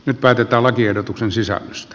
nyt päätetään lakiehdotuksen sisällöstä